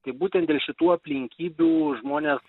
tai būtent dėl šitų aplinkybių žmonės